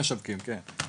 שרמ"י משווקים, כן.